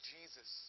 Jesus